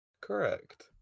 Correct